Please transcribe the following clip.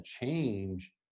change